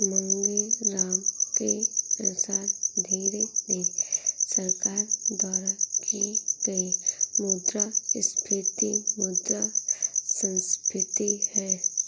मांगेराम के अनुसार धीरे धीरे सरकार द्वारा की गई मुद्रास्फीति मुद्रा संस्फीति है